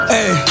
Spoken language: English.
Hey